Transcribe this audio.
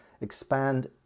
expand